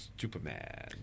Superman